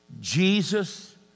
Jesus